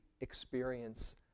experience